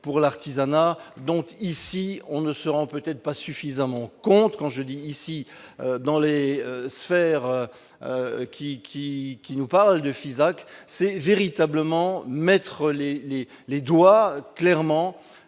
pour l'artisanat donc ici, on ne se rend peut-être pas suffisamment compte quand je dis ici dans les sphères qui qui qui nous parle de Fisac c'est véritablement mettre les, les, les doigts clairement